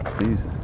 Jesus